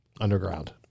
underground